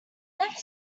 never